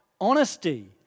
honesty